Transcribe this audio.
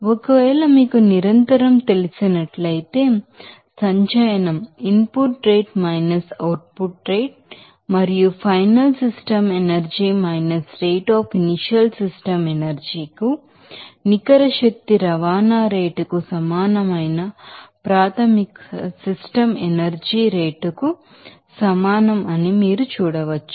ఒకవేళ మీకు నిరంతరం తెలిసినట్లయితే accumulation input rate output rate మరియు తుది system energy rate in in ఉన్న సిస్టమ్ కు నికర శక్తి రవాణా రేటుకు సమానమైన ప్రాథమిక సిస్టమ్ ఎనర్జీ రేటుకు సమానం అని మీరు చూడవచ్చు